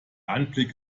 anblick